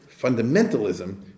fundamentalism